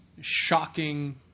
shocking